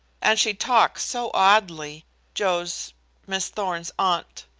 and she talks so oddly joe's miss thorn's aunt.